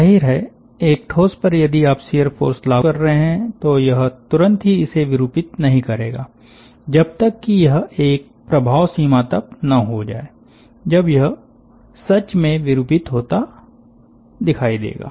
जाहिर है एक ठोस पर यदि आप शियर फ़ोर्स लागू कर रहे हैं तो यह तुरंत ही इसे विरूपित नहीं करेगा जब तक कि यह एक प्रभाव सीमा तक न हो जाए जब यह सच में विरूपित होता दिखाई देगा